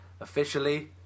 Officially